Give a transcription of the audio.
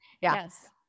Yes